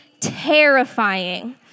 terrifying